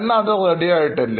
എന്നാൽ അത് റെഡി ആയിട്ടില്ല